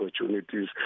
opportunities